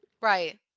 Right